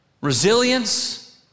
Resilience